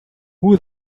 who